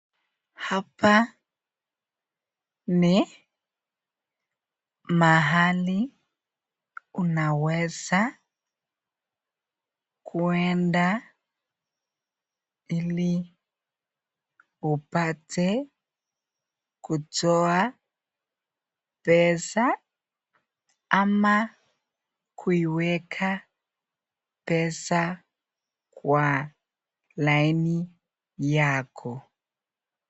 Hapa ni mahali unaweza kwenda ili upate kutoa pesa ama kuiweka pesa kwa laini yako.